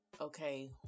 okay